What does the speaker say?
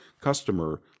customer